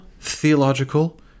theological